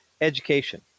education